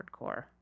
hardcore